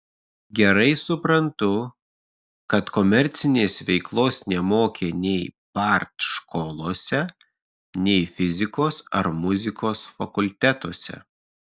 gerai suprantu kad komercinės veiklos nemokė nei partškolose nei fizikos ar muzikos fakultetuose